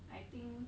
I think